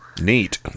Neat